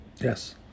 Yes